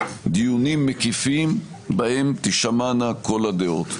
דיונים מקיפים בהם תישמענה כל הדעות.